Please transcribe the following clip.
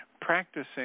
practicing